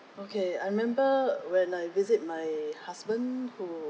okay I remember when I visit my husband who